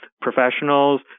professionals